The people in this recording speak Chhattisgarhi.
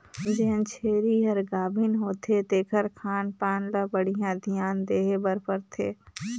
जेन छेरी हर गाभिन होथे तेखर खान पान ल बड़िहा धियान देहे बर परथे